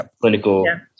clinical